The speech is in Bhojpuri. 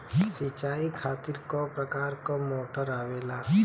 सिचाई खातीर क प्रकार मोटर आवेला?